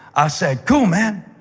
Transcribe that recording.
i said, cool, man.